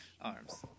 Arms